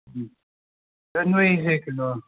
ꯎꯝ ꯑꯗꯨ ꯅꯣꯏꯁꯦ ꯀꯩꯅꯣ